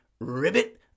Ribbit